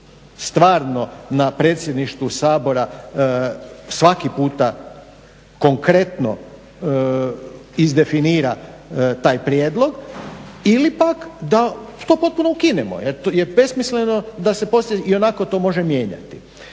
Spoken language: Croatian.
stvarno na Predsjedništvu Sabora svaki puta konkretno izdefinira taj prijedlog ili pak da to potpuno ukinemo jer je besmisleno da se poslije ionako to može mijenjati.